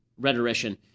rhetorician